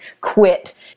quit